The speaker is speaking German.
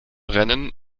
rennen